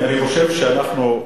אני חושב שאנחנו,